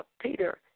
Peter